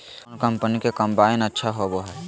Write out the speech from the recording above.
कौन कंपनी के कम्बाइन अच्छा होबो हइ?